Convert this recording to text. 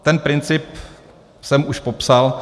Ten princip jsem už popsal.